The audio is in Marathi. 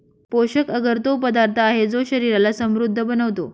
पोषक अगर तो पदार्थ आहे, जो शरीराला समृद्ध बनवतो